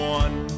one